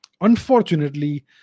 unfortunately